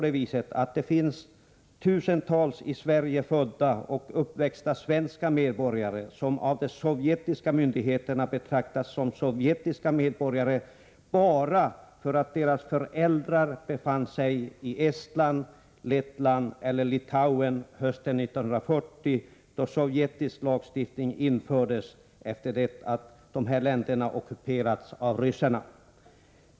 Det finns tusentals i Sverige födda och uppväxta svenska medborgare som av de sovjetiska myndigheterna betraktas som sovjetiska medborgare bara därför att deras föräldrar befann sig i Estland, Lettland eller Litauen hösten 1940, då sovjetisk lagstiftning infördes efter det att dessa länder hade ockuperats av ryssarna.